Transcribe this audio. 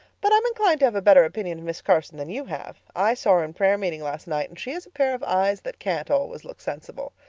but i'm inclined to have a better opinion of miss carson than you have. i saw her in prayer-meeting last night, and she has a pair of eyes that can't always look sensible.